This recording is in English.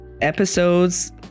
episodes